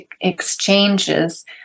exchanges